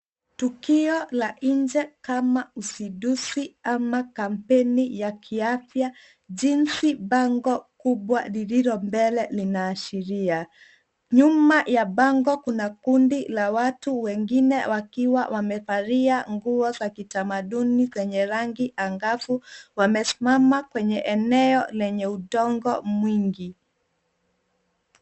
Tukio la nje kama usinduzi ama kampeni ya kiafya jinsi bango kubwa lililo mbele linaashiria, nyuma ya bango kuna kundi la watu wengine wakiwa wamevalia mguo za kitamaduni zenye rangi angavu, wamesimama kwenye eneo lenye udongo mwingi.